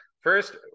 first